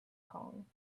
kong